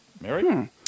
Mary